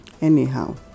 Anyhow